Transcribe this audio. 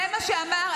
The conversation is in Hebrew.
זה מה שאמר.